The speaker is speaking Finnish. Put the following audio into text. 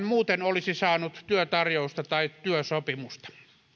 muuten olisi saanut työtarjousta tai työsopimusta